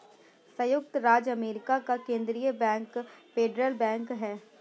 सयुक्त राज्य अमेरिका का केन्द्रीय बैंक फेडरल बैंक है